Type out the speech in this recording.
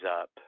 up